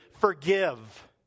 forgive